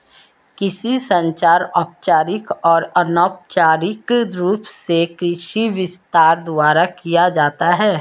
कृषि संचार औपचारिक और अनौपचारिक रूप से कृषि विस्तार द्वारा किया जाता है